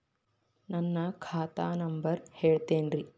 ನನ್ನ ಖಾತಾ ನಂಬರ್ ಹೇಳ್ತಿರೇನ್ರಿ?